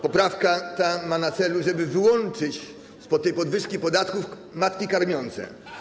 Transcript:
Poprawka ta ma na celu, żeby wyłączyć spod tej podwyżki podatków matki karmiące.